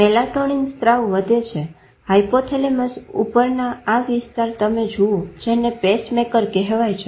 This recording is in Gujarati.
મેલાટોનીન સ્ત્રાવ વધે છે હાયપોથેલેમસ ઉપર આ વિસ્તાર તમે જુઓ જેને પેસમેકર કહેવાય છે